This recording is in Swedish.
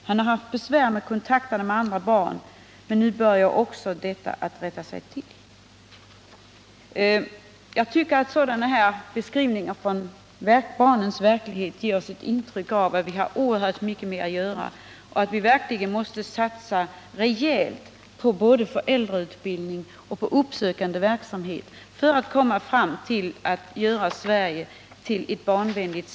Han har haft besvär med kontakterna med andra barn, men nu börjar också detta att rättas till. Jag tycker att sådana här beskrivningar från barnens verklighet ger intryck av att vi har oerhört mycket mer att göra och att vi verkligen måste satsa rejält både på föräldrautbildning och på uppsökande verksamhet för att göra Sverige barnvänligt.